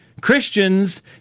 Christians